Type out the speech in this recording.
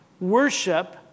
Worship